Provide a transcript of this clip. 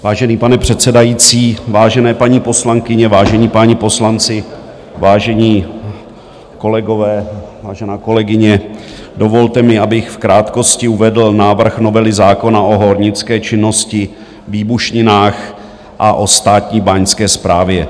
Vážený pane předsedající, vážené paní poslankyně, vážení páni poslanci, vážení kolegové, vážená kolegyně, dovolte mi, abych v krátkosti uvedl návrh novely zákona o hornické činnosti, výbušninách a o Státní báňské správě.